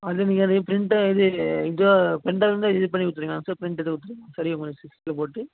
அது நீங்கள் அதே பிரிண்ட்டு அது இதுவாக பென் டிரைவ்லேருந்தே இது பண்ணி கொடுத்துருவீங்களாங்க சார் பிரிண்ட் எடுத்து கொடுத்துருவீங்களா சார் சரியாக சிஸ்டத்தில் போட்டு